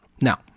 now